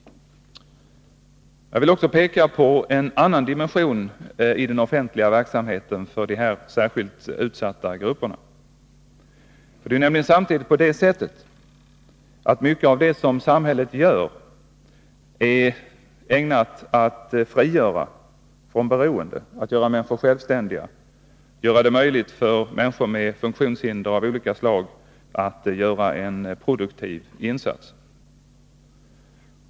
Jag vill även peka på en annan dimension i den offentliga verksamheten för de särskilt utsatta grupperna. Mycket av det som samhället gör är nämligen ägnat att göra människorna självständiga och frigöra dem från beroende, att göra det möjligt för människor med funktionshinder av olika slag att utföra en produktiv insats.